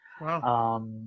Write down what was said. Wow